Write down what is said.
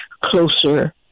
closer